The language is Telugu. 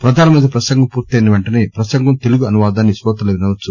పధానమంతి పసంగం పూర్తయిన వెంటనే ప్రపసంగం తెలుగు అనువాదాన్ని కోతలు వినవచ్చు